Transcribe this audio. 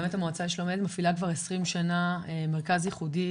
באמת המועצה לשלום הילד מפעילה כבר 20 שנה מרכז ייחודי